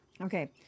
Okay